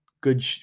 good